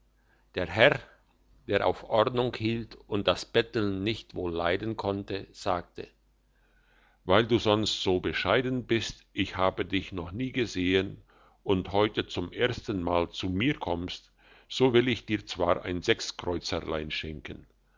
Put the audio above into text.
der herr der auf ordnung hielt und das betteln nicht wohl leiden konnte sagte weil du sonst so bescheiden bist ich habe dich noch nie gesehen und heute zum ersten mal zu mir kommst so will ich dir zwar ein sechskreuzerlein schenken